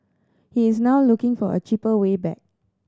he is now looking for a cheaper way back